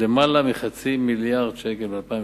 למעלה מחצי מיליארד שקל ב-2008,